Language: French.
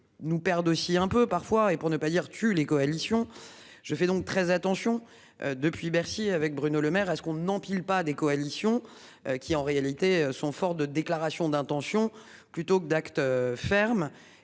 perdent aussi un peu parfois et pour ne pas dire tu les coalitions. Je fais donc très attention depuis Bercy avec Bruno Lemaire. Est-ce qu'on empile pas des coalitions. Qui en réalité sont forts de déclarations d'intention, plutôt que d'actes ferme.